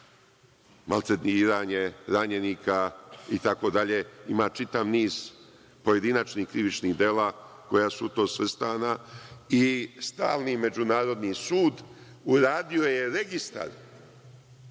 maltretiranje ranjenica itd. Ima čitav niz pojedinačnih krivičnih dela koja su u to svrstana. Stalni međunarodni sud uradio je registar